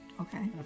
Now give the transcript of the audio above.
Okay